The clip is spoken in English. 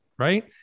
Right